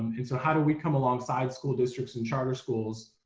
and so, how do we come alongside school districts and charter schools?